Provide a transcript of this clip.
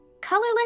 Colorless